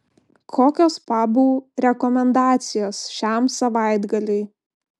kokios pabų rekomendacijos šiam savaitgaliui